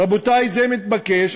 רבותי, זה מתבקש.